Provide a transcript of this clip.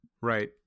Right